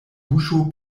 buŝo